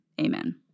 amen